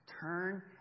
Turn